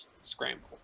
scramble